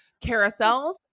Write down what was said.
carousels